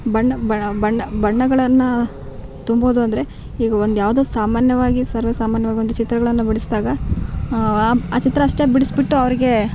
ಬಣ್ಣ ಬಣ್ಣ ಬಣ್ಣಗಳನ್ನು ತುಂಬೋದು ಅಂದರೆ ಈಗ ಒಂದು ಯಾವುದೋ ಸಾಮಾನ್ಯವಾಗಿ ಸರ್ವೇ ಸಾಮಾನ್ಯವಾಗಿ ಒಂದು ಚಿತ್ರಗಳನ್ನು ಬಿಡ್ಸ್ದಾಗ ಆ ಚಿತ್ರ ಅಷ್ಟೇ ಬಿಡ್ಸಿಬಿಟ್ಟು ಅವ್ರಿಗೆ